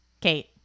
Kate